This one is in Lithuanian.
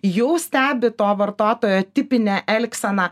jau stebi to vartotojo tipinę elgseną